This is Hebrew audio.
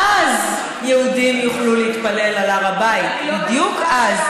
אז, יהודים יוכלו להתפלל על הר הבית, בדיוק אז,